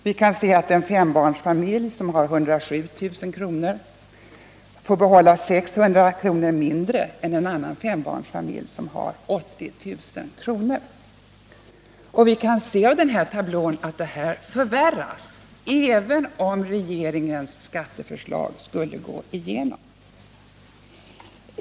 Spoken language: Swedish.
Vi kan vidare se att en fembarnsfamilj som har 107 000 kr. i inkomst får behålla 600 kr. mindre än en annan fembarnsfamilj som har 80 000 kr. Vi kan också se av tablån att dessa effekter förvärras nästa år, även om regeringens skatteförslag skulle gå igenom!